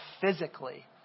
physically